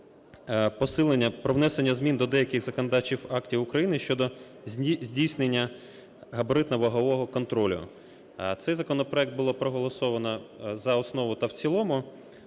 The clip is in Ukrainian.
про внесення змін до деяких законодавчих актів України щодо здійснення габаритно-вагового контролю. Цей законопроект було проголосована за основу та в цілому.